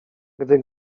gdy